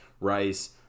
rice